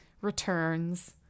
returns